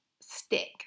stick